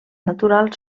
natural